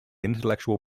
intellectual